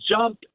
jump